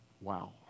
Wow